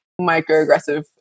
microaggressive